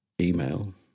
email